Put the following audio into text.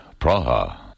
Praha